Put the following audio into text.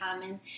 common